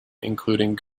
including